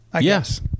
Yes